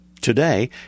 Today